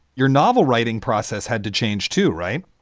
your novel writing process had to change, too, right?